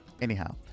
anyhow